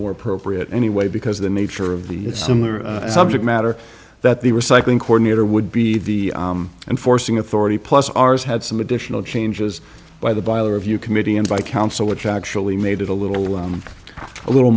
more appropriate anyway because the nature of the similar subject matter that the recycling coordinator would be the and forcing authority plus ours had some additional changes by the by a review committee and by council which actually made it a little a little